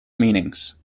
meanings